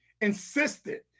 insisted